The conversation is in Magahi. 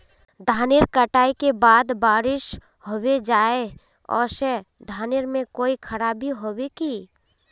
धानेर कटाई के बाद बारिश होबे जाए है ओ से धानेर में कोई खराबी होबे है की?